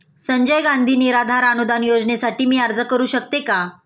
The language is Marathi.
संजय गांधी निराधार अनुदान योजनेसाठी मी अर्ज करू शकते का?